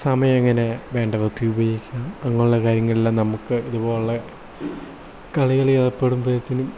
സമയം എങ്ങനെ വേണ്ട വിധത്തിൽ ഉപയോഗിക്കണം അതുപോലെയുള്ള കാര്യങ്ങളിൽ നമുക്ക് ഇതുപോലെയുള്ള കളികളിൽ ഏർപ്പെടുമ്പോഴത്തേനും